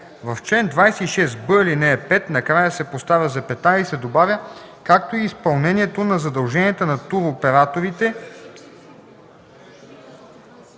В чл. 64б, ал. 5 накрая се поставя запетая и се добавя „както и изпълнението на задълженията на туроператорите